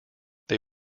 they